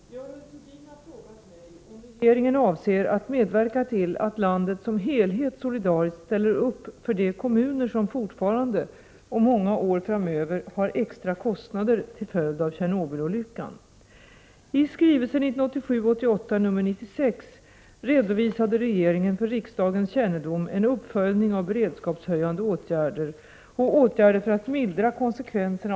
Herr talman! Görel Thurdin har frågat mig om regeringen avser att medverka till att landet som helhet solidariskt ställer upp för de kommuner som fortfarande — och många år framöver — har extra kostnader till följd av Tjernobylolyckan. konsekvenserna av det radioaktiva nedfallet med anledning av kärnkraftso — Prot. 1988/89:26 lyckan i Tjernobyl.